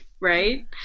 right